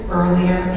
earlier